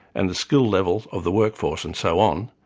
and the skill levels of the workforce and so on,